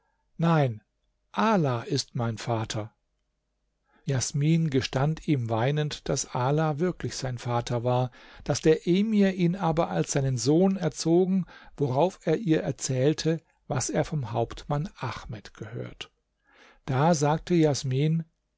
nein ala ist mein vater jasmin gestand ihm weinend daß ala wirklich sein vater war daß der emir ihn aber als seinen sohn erzogen worauf er ihr erzählte was er vom hauptmann ahmed gehört da sagte jasmin